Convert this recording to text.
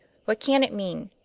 what can it mean?